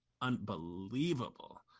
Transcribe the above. unbelievable